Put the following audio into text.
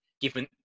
given